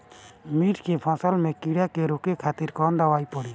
मिर्च के फसल में कीड़ा के रोके खातिर कौन दवाई पड़ी?